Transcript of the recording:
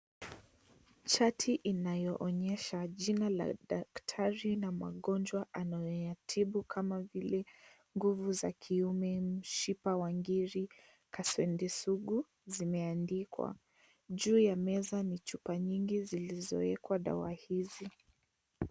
Shati linaloonyesha jina la daktari na magonjwa anayoyatibu kama vile nguvu za kiume, mshipa wa ngiri, kaswede sugu zimeandikwa. Juu ya meza ni chupa nyingi zilizowekwa dawa hizi.